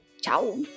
ciao